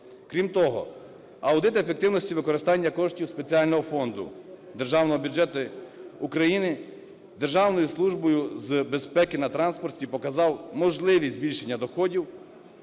Крім того, аудит ефективності використання коштів Спеціального фонду Державного бюджету України Державною службою з безпеки на транспорті показав можливість збільшення доходів